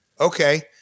okay